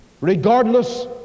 regardless